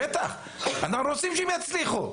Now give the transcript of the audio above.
בטח, אנחנו רוצים שהם יצליחו.